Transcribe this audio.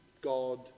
God